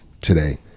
today